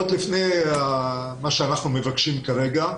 זה עוד לפני מה שאנחנו מבקשים כרגע.